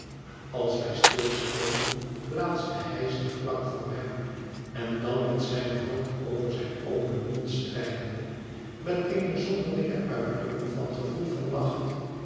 als wij stilstonden plaatste hij zich vlak voor hem en dan met zijne hand over zijn open mondstrijkende met eene zonderlinge uitdrukking van gevoel van macht